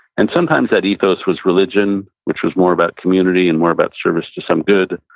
and sometimes that ethos was religion, which was more about community and more about service to some good.